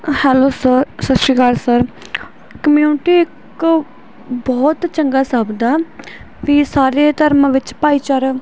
hello sir ਸਤਿ ਸ਼੍ਰੀ ਅਕਾਲ ਸਰ ਕਮਿਊਨਿਟੀ ਇਕ ਬਹੁਤ ਚੰਗਾ ਸ਼ਬਦ ਆ ਵੀ ਸਾਰੇ ਧਰਮ ਵਿੱਚ ਭਾਈਚਾਰਾ